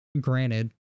granted